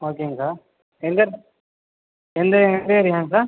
ஓகேங்க சார் எந்த இடத்து எந்த எந்த ஏரியாங்க சார்